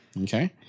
Okay